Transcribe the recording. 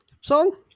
song